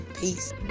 Peace